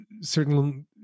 certain